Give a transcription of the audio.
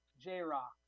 J-Rock